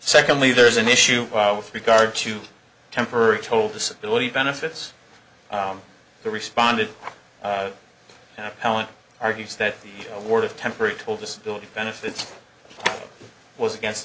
secondly there's an issue with regard to temporary told disability benefits the responded appellant argues that the award of temporary told disability benefits was against